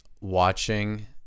watching